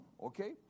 okay